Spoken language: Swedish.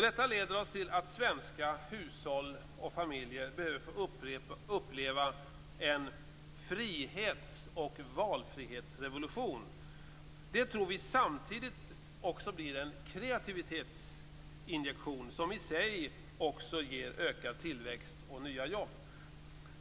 Detta leder oss till att svenska hushåll och familjer behöver få uppleva en frihets och valfrihetsrevolution. Det tror vi samtidigt blir en kreativitetsinjektion som i sig också ger ökad tillväxt och nya jobb.